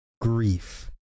grief